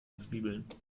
zwiebeln